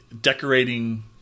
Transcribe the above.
decorating